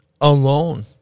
alone